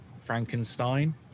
Frankenstein